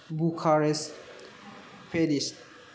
Bucharest Paris